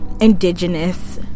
indigenous